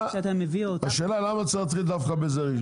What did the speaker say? השאלה למה צריך דווקא בזה?